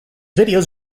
videos